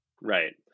right